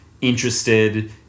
interested